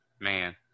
Man